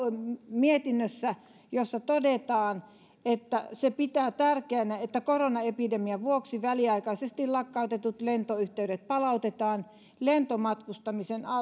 mietinnössä todetaan että se pitää tärkeänä että koronaepidemian vuoksi väliaikaisesti lakkautetut lentoyhteydet palautetaan lentomatkustamisen